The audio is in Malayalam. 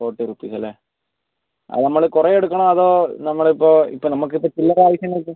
ഫോർട്ടി റുപ്പിസല്ലേ ആ നമ്മൾ കുറെ എടുക്കണോ അതോ നമ്മളിപ്പോൾ ഇപ്പോൾ നമുക്കിപ്പോൾ ചില്ലറ ആവശ്യമുണ്ടെന്ന് വെച്ചാൽ